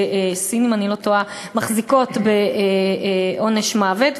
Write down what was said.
סין אם אני לא טועה, הן אלה שמחזיקות בעונש מוות.